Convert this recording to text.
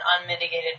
unmitigated